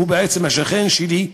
שהוא בעצם השכן שלי,